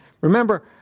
Remember